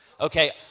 okay